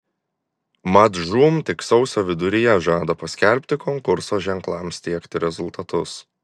mat žūm tik sausio viduryje žada paskelbti konkurso ženklams tiekti rezultatus